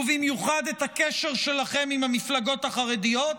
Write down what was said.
ובמיוחד את הקשר שלכם עם המפלגות החרדיות.